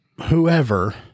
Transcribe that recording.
whoever